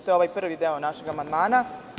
To je ovaj prvi deo našeg amandmana.